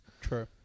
True